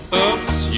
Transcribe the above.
Oops